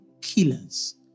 killers